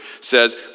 says